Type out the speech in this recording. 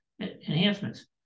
enhancements